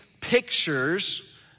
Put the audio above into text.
pictures